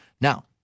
Now